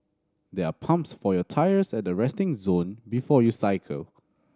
there are pumps for your tyres at the resting zone before you cycle